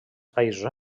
països